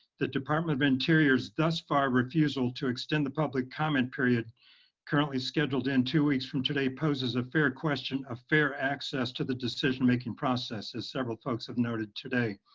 the department of interior's thus far refusal to extend the public comment period currently scheduled to end two weeks from today poses a fair question of fair access to the decision-making process, as several folks have noted today.